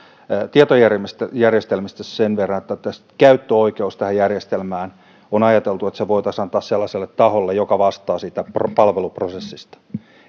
tietojärjestelmistä sen verran että on ajateltu että käyttöoikeus tähän järjestelmään voitaisiin antaa sellaiselle taholle joka vastaa siitä palveluprosessista